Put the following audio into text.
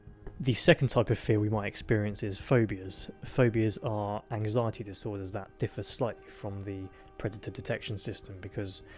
the second type of fear we might experience is phobias. phobias are anxiety disorders that differ slightly from the predator-detection system because,